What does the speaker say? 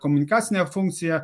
komunikacinę funkciją